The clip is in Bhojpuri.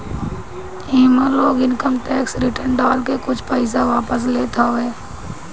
इहवा लोग इनकम टेक्स रिटर्न डाल के कुछ पईसा वापस ले लेत हवे